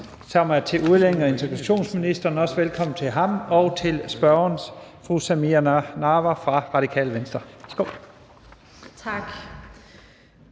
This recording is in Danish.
som er til udlændinge- og integrationsministeren. Velkommen til ham og til spørgeren, fru Samira Nawa fra Radikale Venstre. Kl.